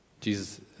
Jesus